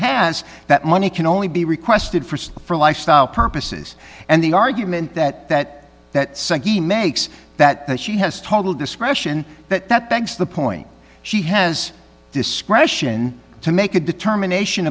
has that money can only be requested for say for lifestyle purposes and the argument that that that he makes that she has total discretion that that begs the point she has discretion to make a determination